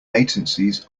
latencies